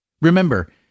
Remember